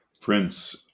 Prince